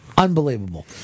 Unbelievable